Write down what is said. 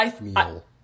meal